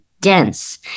dense